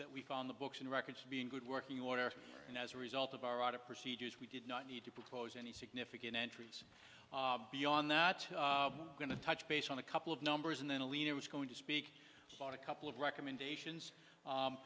that we found the books and records to be in good working order and as a result of our audit procedures we did not need to propose any significant entries beyond that i'm going to touch base on a couple of numbers and then alina was going to speak about a couple of recommendations